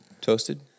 toasted